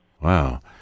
Wow